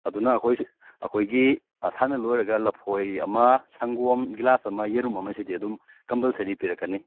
ꯑꯗꯨꯅ ꯑꯩꯈꯣꯏ ꯑꯩꯈꯣꯏꯒꯤ ꯁꯥꯟꯅ ꯂꯣꯏꯔꯒ ꯂꯐꯣꯏ ꯑꯃ ꯁꯪꯒꯣꯝ ꯒꯤꯂꯥꯁ ꯑꯃ ꯌꯦꯔꯨꯝ ꯑꯃꯁꯤꯗꯤ ꯑꯗꯨꯝ ꯀꯝꯄꯜꯁꯔꯤ ꯄꯤꯔꯛꯀꯅꯤ